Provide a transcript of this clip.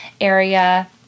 area